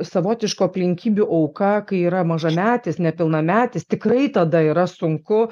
savotiškų aplinkybių auka kai yra mažametis nepilnametis tikrai tada yra sunku